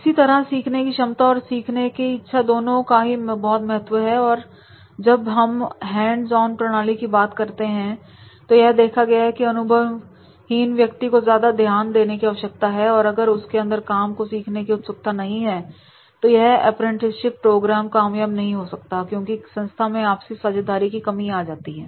इसी तरह सीखने की क्षमता और सीखने की इच्छा दोनों का ही बहुत महत्व है और जब भी हम हैंड्स ऑन प्रणाली की बात करते हैं तो यह देखा गया है कि अनुभवहीन व्यक्ति को ज्यादा ध्यान देने की आवश्यकता है और अगर उसके अंदर काम को सीखने की उत्सुकता नहीं है तो यह अप्रेंटिसशिप प्रोग्राम कामयाब नहीं हो सकता क्योंकि संस्था में आपसी साझेदारी की कमी आ जाती है